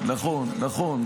כן, נכון, נכון.